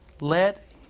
Let